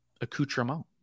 accoutrement